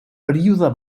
període